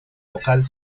vocal